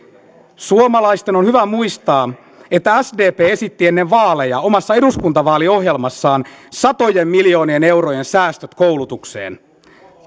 suomalaisten on hyvä muistaa että sdp esitti ennen vaaleja omassa eduskuntavaaliohjelmassaan satojen miljoonien eurojen säästöt koulutukseen